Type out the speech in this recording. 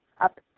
up